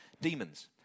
demons